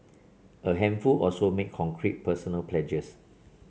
a handful also made concrete personal pledges